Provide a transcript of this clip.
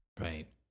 Right